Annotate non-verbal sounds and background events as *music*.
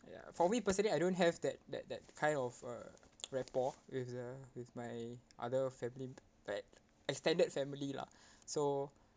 ya for me personally I don't have that that that kind of a rapport with the with my other family like extended family lah *breath* so